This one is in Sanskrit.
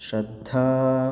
श्रद्धा